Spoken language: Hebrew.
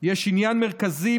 יש עניין מרכזי,